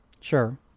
sure